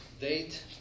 date